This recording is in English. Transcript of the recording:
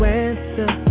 answer